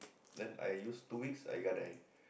then I use two weeks I gadai